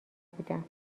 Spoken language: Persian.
بودم